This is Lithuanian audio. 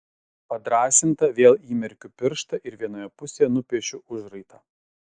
padrąsinta vėl įmerkiu pirštą ir vienoje pusėje nupiešiu užraitą